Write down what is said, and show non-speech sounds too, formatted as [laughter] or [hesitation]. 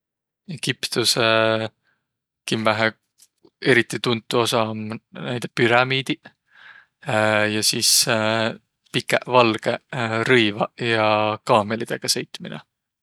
Egiptüse kimmähe riti tuntu osa om näide pürämiidiq. [hesitation] Ja sis [hesitation] pikäq valgõq [hesitation] rõivaq ja kaamõlidõga sõitminõ.